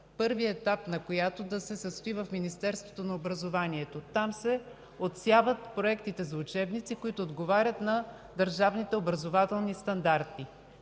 Първият етап да се състои в Министерството на образованието. Там се отсяват проектите за учебници, които отговарят на държавните образователни стандарти.